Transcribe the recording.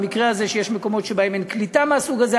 במקרה שיש מקומות שבהם אין קליטה מהסוג הזה,